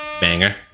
Banger